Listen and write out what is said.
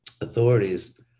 authorities